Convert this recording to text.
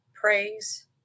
praise